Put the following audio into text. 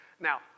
Now